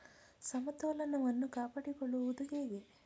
ಸಮತೋಲನವನ್ನು ಕಾಪಾಡಿಕೊಳ್ಳುವುದು ಹೇಗೆ?